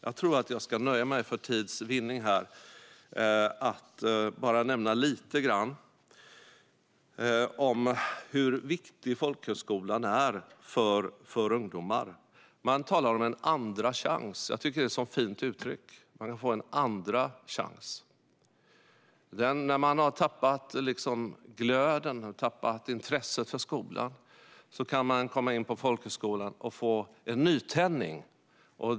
För tids vinnande ska jag nöja mig med att bara nämna lite grann om hur viktig folkhögskolan är för ungdomar. Man talar om en andra chans. Jag tycker att det är ett fint uttryck. Man kan få en andra chans. När man har tappat glöden och intresset för skolan kan man komma in på folkhögskolan och få en nytändning.